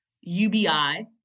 UBI